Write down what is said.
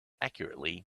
accurately